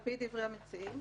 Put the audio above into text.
על פי דברי המציעים,